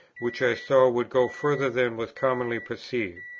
which i saw would go further than was commonly perceived.